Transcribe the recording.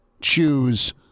choose